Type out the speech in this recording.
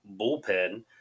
bullpen